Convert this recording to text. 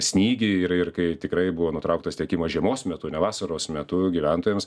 snygį ir ir kai tikrai buvo nutrauktas tiekimas žiemos metu ne vasaros metu gyventojams